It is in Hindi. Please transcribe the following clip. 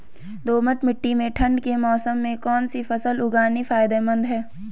दोमट्ट मिट्टी में ठंड के मौसम में कौन सी फसल उगानी फायदेमंद है?